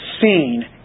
seen